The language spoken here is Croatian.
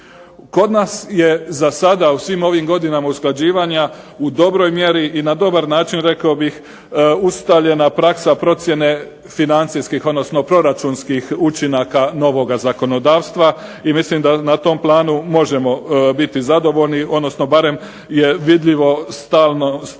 Kod nas je za sada, u svim ovim godinama usklađivanja, u dobroj mjeri i na dobar način rekao bih ustaljena praksa procjene financijskih, odnosno proračunskih učinaka novoga zakonodavstva i mislim da na tom planu možemo biti zadovoljni, odnosno barem je vidljivo stalni napredak